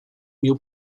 mil